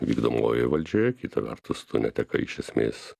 vykdomojoj valdžioje kita vertus tu netekai iš esmės